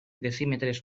decímetres